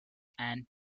and